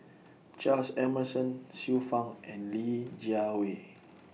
Charles Emmerson Xiu Fang and Li Jiawei